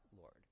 Lord